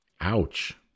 ouch